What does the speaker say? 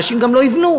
אנשים גם לא יבנו.